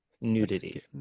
Nudity